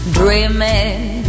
dreaming